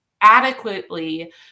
adequately